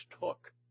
took